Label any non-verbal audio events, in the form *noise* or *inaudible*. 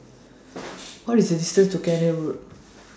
*noise* What IS The distance to *noise* Cairnhill Road